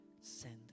send